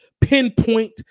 pinpoint